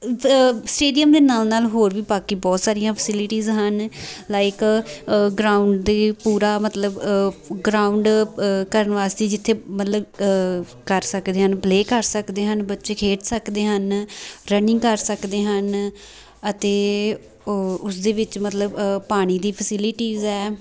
stadium ਦੇ ਨਾਲ ਨਾਲ ਹੋਰ ਵੀ ਬਾਕੀ ਬਹੁਤ ਸਾਰੀਆਂ ਫੈਸਿਲਿਟੀਜ਼ ਹਨ ਲਾਈਕ ਗਰਾਊਂਡ ਦੇ ਪੂਰਾ ਮਤਲਬ ਗਰਾਊਂਡ ਕਰਨ ਵਾਸਤੇ ਜਿੱਥੇ ਮਤਲਬ ਕਰ ਸਕਦੇ ਹਨ ਪਲੇ ਕਰ ਸਕਦੇ ਹਨ ਬੱਚੇ ਖੇਡ ਸਕਦੇ ਹਨ ਰਨਿੰਗ ਕਰ ਸਕਦੇ ਹਨ ਅਤੇ ਉਸਦੇ ਵਿੱਚ ਮਤਲਬ ਪਾਣੀ ਦੀ ਫੈਸਿਲਿਟੀਜ਼ ਹੈ